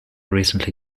recently